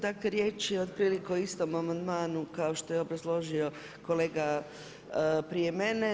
Dakle, riječ je otprilike o istom amandmanom kao što je obrazložio kolega prije mene.